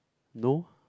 no